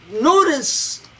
notice